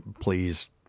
please